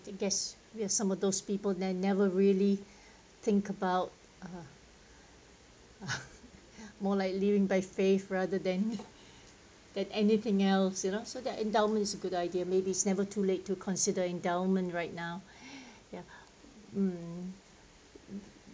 I guess we have some of those people that never really think about uh more like living by faith rather than than anything else you know so that endowment is a good idea maybe it's never too late to consider endowment right now ya mm